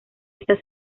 esta